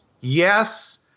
yes